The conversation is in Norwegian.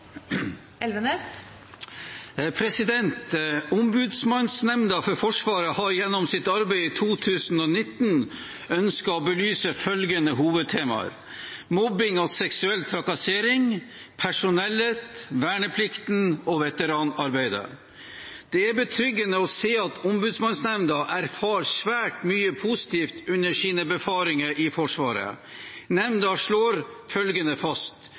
3 minutter. Ombudsmannsnemnda for Forsvaret har gjennom sitt arbeid i 2019 ønsket å belyse følgende hovedtemaer: mobbing og seksuell trakassering, personellet, verneplikten og veteranarbeidet. Det er betryggende å se at Ombudsmannsnemnda erfarer svært mye positivt under sine befaringer i Forsvaret. Nemnda slår følgende fast: